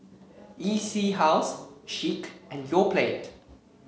E C House Schick and Yoplait